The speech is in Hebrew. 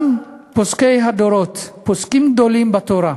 גם פוסקי הדורות, פוסקים גדולים בתורה,